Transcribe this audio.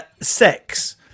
Sex